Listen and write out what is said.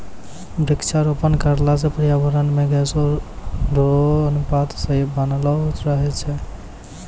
वृक्षारोपण करला से पर्यावरण मे गैसो रो अनुपात सही बनलो रहै छै